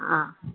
ആ